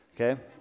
Okay